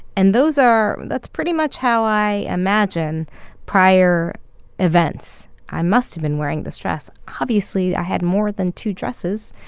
and those are that's pretty much how i imagine prior events. i must have been wearing this dress. obviously, i had more than two dresses